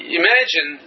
imagine